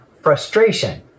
frustration